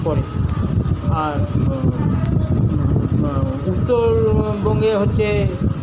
পরে আর উত্তরবঙ্গে হচ্ছে